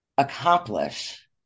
accomplish